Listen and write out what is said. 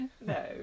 No